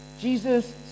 Jesus